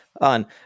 on